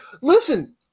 Listen